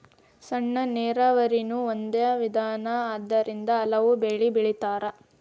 ಸಣ್ಣ ನೇರಾವರಿನು ಒಂದ ವಿಧಾನಾ ಅದರಿಂದ ಹಲವು ಬೆಳಿ ಬೆಳಿತಾರ